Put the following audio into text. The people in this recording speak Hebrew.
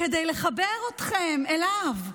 כדי לחבר אתכם אליו.